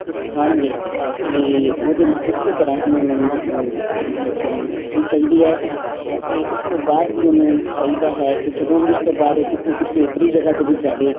ਉਹ ਸਿਖਾਉਣਗੇ ਅਤੇ ਉਹਦੇ ਨਾ ਉਸੇ ਤਰ੍ਹਾਂ ਹੀ ਉਨ੍ਹਾਂ ਨੂੰ ਜਿਹੜੀ ਹੈ ਸਵਿਮਿੰਗ ਸਿੱਖਣੀ ਚਾਹੀਦੀ ਹੈ ਅਤੇ ਉਸ ਤੋਂ ਬਾਅਦ ਵੀ ਉਹਨੂੰ ਚਾਹੀਦਾ ਹੈ ਕਿ ਜਦੋਂ ਉਸ ਤੋਂ ਬਾਅਦ ਉਹ ਕਿਤੇ ਕਿਸੇ ਓਪਰੀ ਜਗ੍ਹਾ 'ਤੇ ਵੀ ਜਾਵੇ